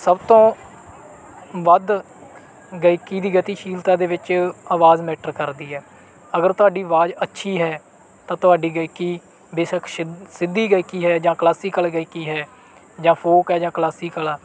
ਸਭ ਤੋਂ ਵੱਧ ਗਾਇਕੀ ਦੀ ਗਤੀਸ਼ੀਲਤਾ ਦੇ ਵਿੱਚ ਆਵਾਜ਼ ਮੈਟਰ ਕਰਦੀ ਹੈ ਅਗਰ ਤੁਹਾਡੀ ਆਵਾਜ਼ ਅੱਛੀ ਹੈ ਤਾਂ ਤੁਹਾਡੀ ਗਾਇਕੀ ਬੇਸ਼ੱਕ ਸ਼ਿਦ ਸਿੱਧੀ ਗਾਇਕੀ ਹੈ ਜਾਂ ਕਲਾਸੀਕਲ ਗਾਇਕੀ ਹੈ ਜਾਂ ਫੋਕ ਹੈ ਜਾਂ ਕਲਾਸੀਕਲ ਆ